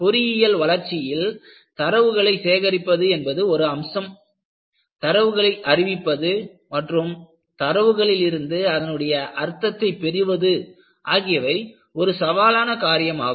பொறியியல் வளர்ச்சியில் தரவுகளை சேகரிப்பது என்பது ஒரு அம்சம் தரவுகளை அறிவிப்பது மற்றும் தரவுகளிலிருந்து அதனுடைய அர்த்தத்தை பெறுவது ஆகியவை ஒரு சவாலான காரியமாகும்